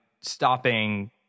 stopping